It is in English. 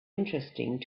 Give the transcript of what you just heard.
interesting